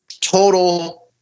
total